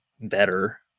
better